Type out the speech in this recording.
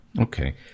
Okay